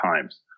times